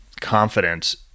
confidence